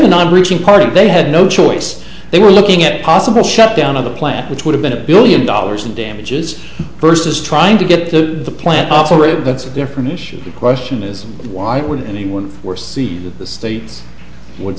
own i'm reaching pardon they had no choice they were looking at a possible shutdown of the plant which would have been a billion dollars in damages versus trying to get the plant operated that's a different issue the question is why would anyone or see that the states would